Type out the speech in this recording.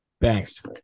thanks